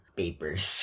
papers